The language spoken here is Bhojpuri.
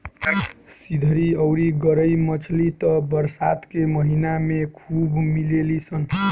सिधरी अउरी गरई मछली त बरसात के महिना में खूब मिलेली सन